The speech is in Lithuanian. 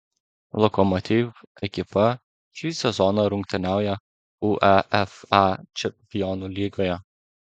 lokomotiv ekipa šį sezoną rungtyniauja uefa čempionų lygoje